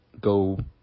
go